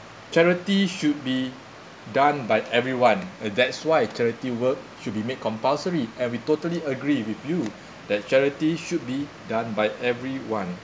charity should be done by everyone that's why charity work should be made compulsory and we totally agree with you that charity should be done by every one